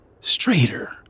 straighter